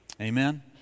Amen